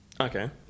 okay